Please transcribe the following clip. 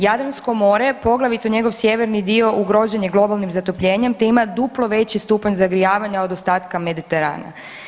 Jadransko more poglavito njegov sjeverni dio ugrožen je globalnim zatopljenjem te ima duplo veći stupanj zagrijavanja od ostatka Mediterana.